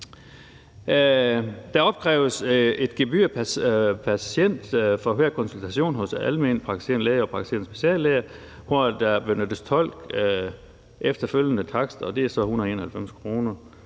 Der opkræves et gebyr pr. patient for hver konsultation hos alment praktiserende læger og praktiserende speciallæger, hvor der benyttes tolk, og hvor den efterfølgende takst så er på 191 kr.